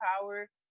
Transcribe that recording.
power